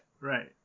right